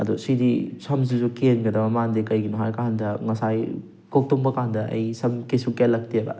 ꯑꯗꯣ ꯁꯤꯗꯤ ꯁꯝꯁꯤꯁꯨ ꯀꯦꯡꯒꯗꯕ ꯃꯥꯟꯗꯦ ꯀꯩꯒꯤꯅꯣ ꯍꯥꯏꯔ ꯀꯥꯟꯗ ꯉꯁꯥꯏ ꯀꯣꯛ ꯇꯨꯝꯃꯀꯥꯟꯗ ꯑꯩ ꯁꯝ ꯀꯩꯁꯨ ꯀꯦꯂꯛꯇꯦꯕ